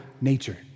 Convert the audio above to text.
nature